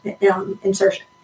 insertion